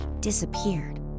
disappeared